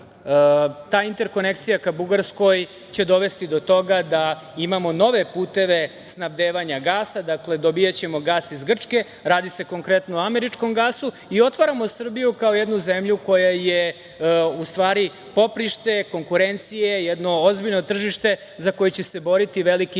Ta interkonekcija ka Bugarskoj će dovesti do toga da imamo nove puteve snabdevanja gasa, dakle, dobijaćemo gas iz Grčke, radi se konkretno o američkom gasu, i otvaramo Srbiju kao jednu zemlju koja je u stvari poprište konkurencije, jedno ozbiljno tržište za koje će se boriti veliki svetski